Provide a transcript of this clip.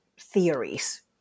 theories